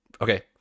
okay